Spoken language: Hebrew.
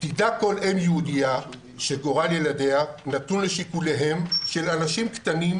תדע כל אם יהודייה שגורל ילדיה נתון לשיקוליהם של אנשים קטנים,